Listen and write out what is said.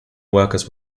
workers